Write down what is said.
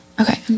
okay